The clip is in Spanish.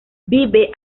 vive